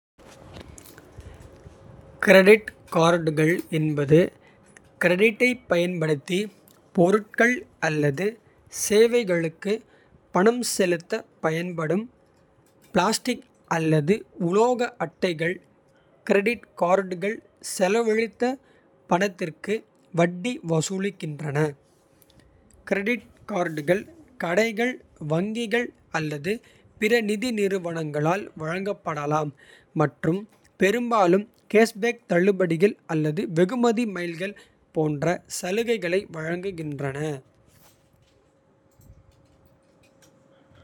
கிரெடிட் கார்டுகள் என்பது கிரெடிட்டைப் பயன்படுத்தி. பொருட்கள் அல்லது சேவைகளுக்கு பணம் செலுத்த. பயன்படும் பிளாஸ்டிக் அல்லது உலோக அட்டைகள். கிரெடிட் கார்டுகள் செலவழித்த பணத்திற்கு வட்டி. வசூலிக்கின்றன கிரெடிட் கார்டுகள் கடைகள். வங்கிகள் அல்லது பிற நிதி நிறுவனங்களால். வழங்கப்படலாம் மற்றும் பெரும்பாலும் கேஷ்பேக். தள்ளுபடிகள் அல்லது வெகுமதி மைல்கள். போன்ற சலுகைகளை வழங்குகின்றன.